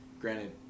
granted